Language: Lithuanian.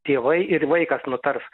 tėvai ir vaikas nutars